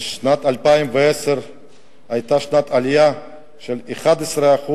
שנת 2010 היתה שנה של עלייה של 11%